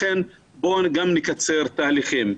לכן בואו נקצר תהליכים.